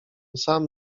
sam